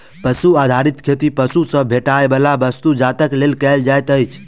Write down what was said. पशु आधारित खेती पशु सॅ भेटैयबला वस्तु जातक लेल कयल जाइत अछि